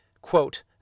quote